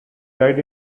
died